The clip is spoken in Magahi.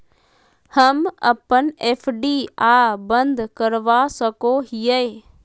हम अप्पन एफ.डी आ बंद करवा सको हियै